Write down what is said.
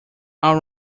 all